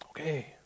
Okay